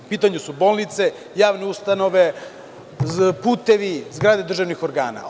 U pitanju su bolnice, javne ustanove, putevi, zgrade državnih organa.